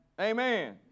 Amen